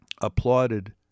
applauded